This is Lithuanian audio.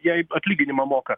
jai atlyginimą moka